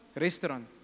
restaurant